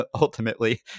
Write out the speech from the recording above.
ultimately